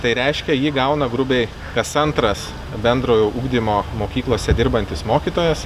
tai reiškia jį gauna grubiai kas antras bendrojo ugdymo mokyklose dirbantis mokytojas